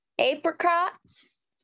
apricots